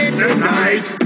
tonight